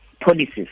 policies